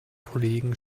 kollegen